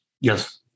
Yes